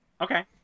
Okay